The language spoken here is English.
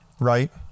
right